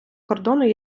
кордону